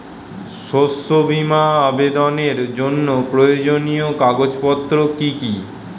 শস্য বীমা আবেদনের জন্য প্রয়োজনীয় কাগজপত্র কি কি?